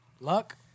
Luck